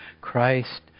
Christ